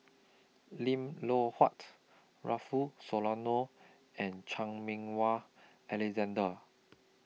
Lim Loh Huat Rufino Soliano and Chan Meng Wah Alexander